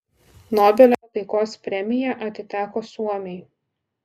nobelio taikos premija atiteko suomiui